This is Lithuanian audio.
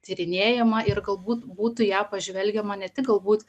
tyrinėjama ir galbūt būtų į ją pažvelgiama ne tik galbūt